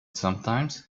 sometimes